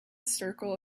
circle